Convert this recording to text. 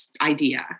idea